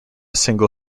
single